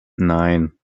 nine